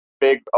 big